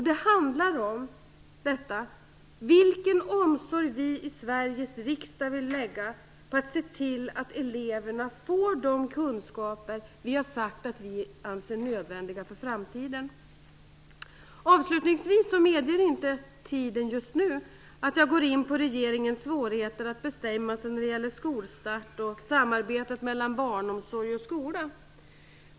Det handlar om vilken omsorg vi i Sveriges riksdag vill lägga på att se till att eleverna får de kunskaper som vi har sagt att vi anser nödvändiga för framtiden. Avslutningsvis medger inte tiden just nu att jag går in på regeringens svårigheter att bestämma sig när det gäller skolstart och samarbetet mellan barnomsorg och skola.